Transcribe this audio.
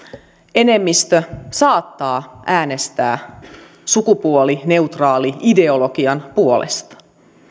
enemmistö saattaa äänestää sukupuolineutraali ideologian puolesta